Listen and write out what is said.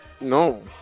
No